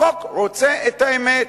החוק רוצה את האמת.